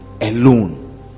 alone